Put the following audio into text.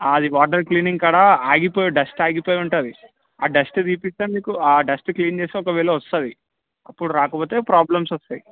అది water cleaning కాడ ఆగిపోయి డస్ట్ ఆగిపోయి ఉంటుంది ఆ డస్టు తీస్తే మీకు ఆ డస్ట్ క్లీన్ చేస్తే ఒకవేళ వస్తుంది అప్పుడు రాకపోతే ప్రాబ్లమ్స్ వస్తాయి